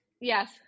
Yes